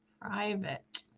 private